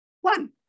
one